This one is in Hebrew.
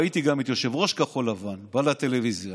ראיתי גם את יושב-ראש כחול לבן בא לטלוויזיה